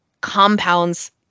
compounds